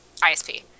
ISP